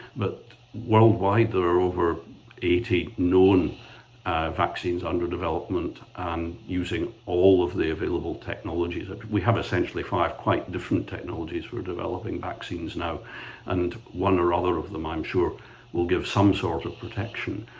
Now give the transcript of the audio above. but worldwide there are over eighty known vaccines under development and using all of the available technologies, we have essentially five quite different technologies, we're developing vaccines now and one or other of them i'm sure will give some sort of protection.